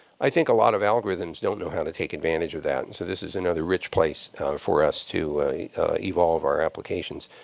i think a lot of algorithms don't know how to take advantage of that. and so this is another rich place for us to evolve our applications.